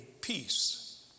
peace